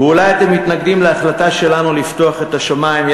אתם מתנגדים להחלטה שלנו יחד,